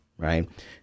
Right